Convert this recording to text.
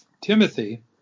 Timothy